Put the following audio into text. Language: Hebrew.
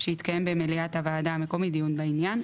שיתקיים במליאת הוועדה המקומית דיון בעניין,